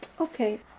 Okay